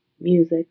music